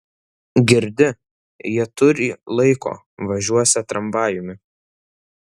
girdi jie turį laiko važiuosią tramvajumi